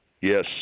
Yes